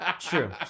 true